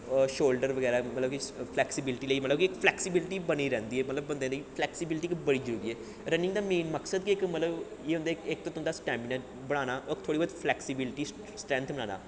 ओह् शोल्डर बगैरा मतलब कि फलैक्सिबिल्टी लेई मतलब कि इक फलैक्सिबिल्टी बनी रैंह्दी ऐ मतलब बंदे दी फलैक्सिबिल्टी बड़ी जरूरी ऐ रनिंग दा मेन मकसद गै इ'यै होंदा ऐ इक ते तुं'दा स्टैमना बनाना होर थोह्ड़ी मती फलैक्सिबिल्टी स्ट्रैंथ बनाना